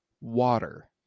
water